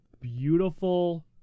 beautiful